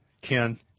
Ken